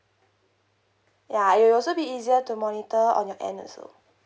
ya it will also be easier to monitor on your end also